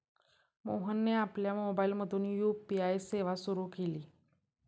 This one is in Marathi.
मोहनने आपल्या मोबाइलमधून यू.पी.आय सेवा सुरू केली